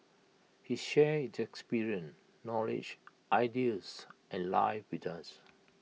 he shared his experience knowledge ideas and life with us